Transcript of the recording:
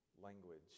language